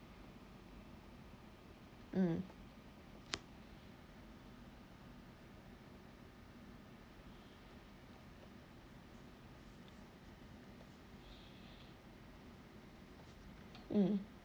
mm mm